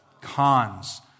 Cons